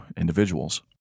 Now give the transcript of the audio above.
individuals